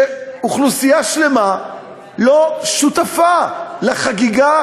כשאוכלוסייה שלמה לא שותפה לחגיגה